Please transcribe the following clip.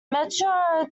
metro